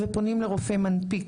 ופונים לרופא מנפיק.